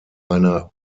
einer